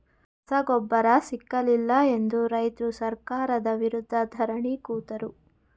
ರಸಗೊಬ್ಬರ ಸಿಕ್ಕಲಿಲ್ಲ ಎಂದು ರೈತ್ರು ಸರ್ಕಾರದ ವಿರುದ್ಧ ಧರಣಿ ಕೂತರು